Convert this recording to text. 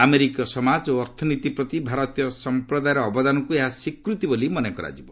ଆମେରିକୀୟ ସମାଜ ଓ ଅର୍ଥନୀତି ପ୍ରତି ଭାରତୀୟ ସମ୍ପ୍ରଦାୟର ଅବଦାନକୁ ଏହା ସ୍ୱୀକୃତି ବୋଲି ମନେ କରାଯିବ